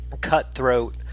cutthroat